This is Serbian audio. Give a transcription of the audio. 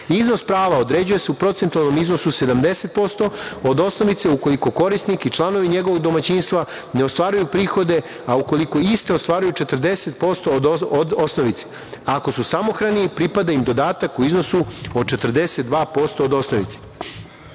80.Iznos prava određuje se u procentualnom iznosu 70% od osnovice ukoliko korisnik i članovi njegovog domaćinstva ne ostvaruju prihode, a ukoliko isti ostvaruju 40% od osnovice. Ako su samohrani pripada im dodatak u iznosu od 42% od osnovice. Pravo